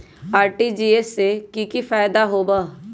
RTGS से की की फायदा बा?